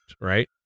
right